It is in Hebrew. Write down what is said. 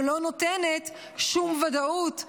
שלא נותנת שום ודאות,